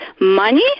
money